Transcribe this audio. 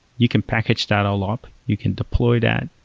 you can package that all up. you can deploy that.